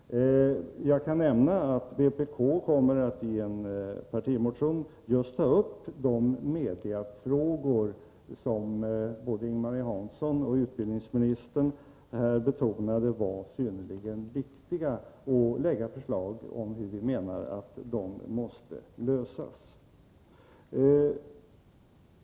Jag kan nämna att vpk kommer att i en partimotion just ta upp de mediafrågor som enligt både Ing-Marie Hansson och utbildningsministern är synnerligen viktiga och lägga fram förslag till hur de måste lösas.